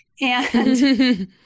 And-